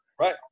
right